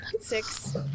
six